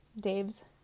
Dave's